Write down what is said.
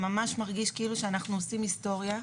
זה ממש מרגיש כאילו אנחנו עושים היסטוריה.